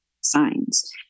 signs